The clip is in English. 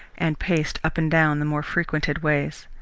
and paced up and down the more frequented ways.